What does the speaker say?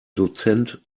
dozent